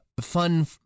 Fun